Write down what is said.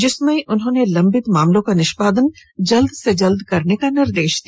जिसमें उन्होंने लंबित मामलों का निष्पादन जल्द से जल्द करने का निर्देश दिया